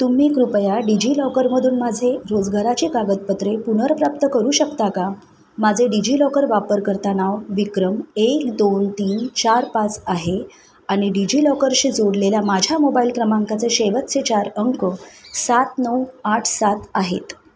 तुम्ही कृपया डिजिलॉकरमधून माझे रोजगाराचे कागदपत्रे पुनर्प्राप्त करू शकता का माझे डिजिलॉकर वापरकर्ता नाव विक्रम एक दोन तीन चार पाच आहे आणि डिजिलॉकरशी जोडलेल्या माझ्या मोबाईल क्रमांकाचे शेवटचे चार अंक सात नऊ आठ सात आहेत